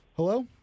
hello